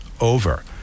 over